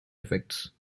effects